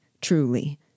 truly